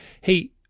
Hey